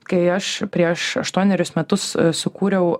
kai aš prieš aštuonerius metus sukūriau